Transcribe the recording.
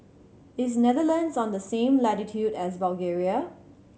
is Netherlands on the same latitude as Bulgaria